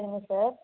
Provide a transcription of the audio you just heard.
சரிங்க சார்